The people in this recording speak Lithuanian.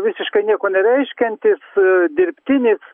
visiškai nieko nereiškiantis dirbtinis